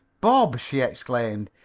bob! she exclaimed.